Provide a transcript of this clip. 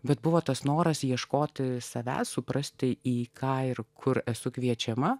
bet buvo tas noras ieškoti savęs suprasti į ką ir kur esu kviečiama